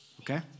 okay